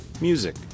music